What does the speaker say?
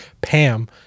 Pam